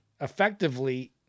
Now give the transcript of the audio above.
effectively